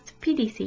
pdc